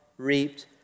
Reaped